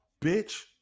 bitch